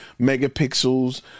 megapixels